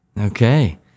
Okay